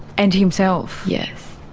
and himself? yes.